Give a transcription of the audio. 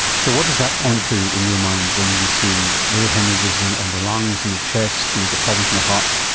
so what does that point to in your mind when you see little haemorrhages um on the lungs and the chest, when you've got problems in the heart,